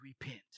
repent